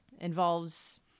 involves